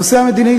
הנושא המדיני,